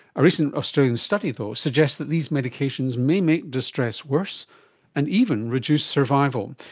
a recent australian study though suggests that these medications may make distress worse and even reduce survival.